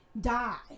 die